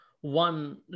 one